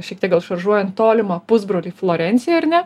šiek tiek gal šaržuojant tolimą pusbrolį florencijoj ar ne